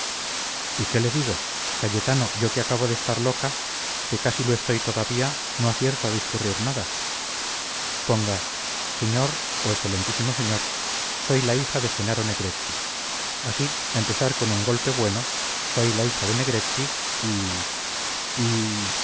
y qué le digo cayetano yo que acabo de estar loca que casi lo estoy todavía no acierto a discurrir nada ponga señor o excelentísimo señor soy la hija de jenaro negretti así empezar con un golpe bueno soy la hija de negretti y y